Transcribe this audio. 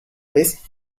vez